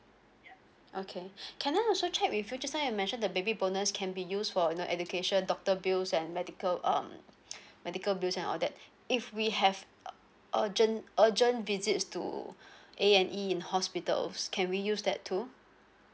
okay can I also check with you just now you mentioned the baby bonus can be used for you know education doctor bills and medical um medical bills and all that if we have uh urgent urgent visits to A and E in hospitals can we use that too